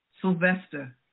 Sylvester